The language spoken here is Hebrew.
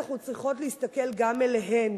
אנחנו צריכות להסתכל גם אליהן,